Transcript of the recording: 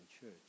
church